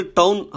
town